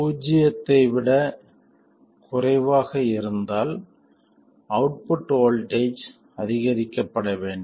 பூஜ்ஜியத்தை விட குறைவாக இருந்தால் அவுட்புட் வோல்ட்டேஜ் அதிகரிக்கப்பட வேண்டும்